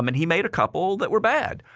um and he made a couple that were bad.